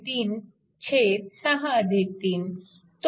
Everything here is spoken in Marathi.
तो येतो 2Ω